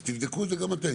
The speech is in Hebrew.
אז תבדקו את זה גם אתם.